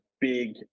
big